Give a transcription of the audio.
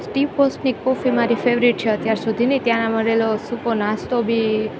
T પોસ્ટની coffee મારી favourite છે અત્યાર સુધીની ત્યાં મળેલો સૂકો નાસ્તો બી